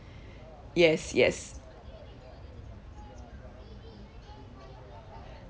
yes yes